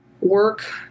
Work